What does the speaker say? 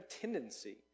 tendency